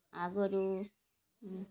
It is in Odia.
ଆଗରୁ